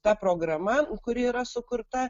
ta programa kuri yra sukurta